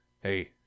Hey